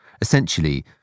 essentially